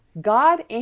God